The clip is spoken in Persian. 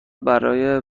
برای